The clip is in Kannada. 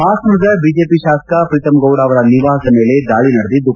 ಹಾಸನದ ಬಿಜೆಪಿ ಶಾಸಕ ಪ್ರೀತಂಗೌಡ ಅವರ ನಿವಾಸದ ಮೇಲೆ ದಾಳಿ ನಡೆದಿದ್ದು